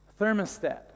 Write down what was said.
Thermostat